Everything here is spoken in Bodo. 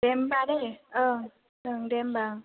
दे होमबा दे ओ दे होनबा